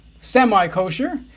semi-kosher